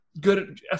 good